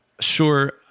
sure